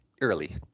early